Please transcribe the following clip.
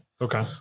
Okay